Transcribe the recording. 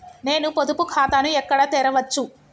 నేను పొదుపు ఖాతాను ఎక్కడ తెరవచ్చు?